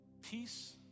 Peace